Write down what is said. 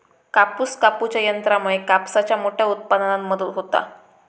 कापूस कापूच्या यंत्रामुळे कापसाच्या मोठ्या उत्पादनात मदत होता